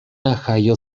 jaio